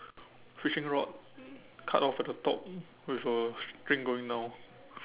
fishing rod cut off at the top with a string going down